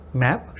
map